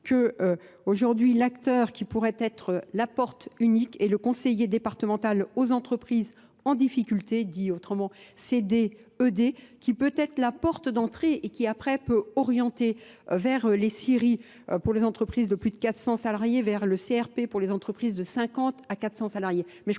qu'aujourd'hui l'acteur qui pourrait être la porte unique et le conseiller des et le conseiller départemental aux entreprises en difficulté dit autrement CDED qui peut être la porte d'entrée et qui après peut orienter vers les CRI pour les entreprises de plus de 400 salariés vers le CRP pour les entreprises de 50 à 400 salariés